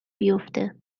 بیافته